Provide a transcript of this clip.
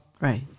right